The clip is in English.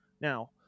Now